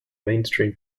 mainstream